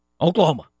Oklahoma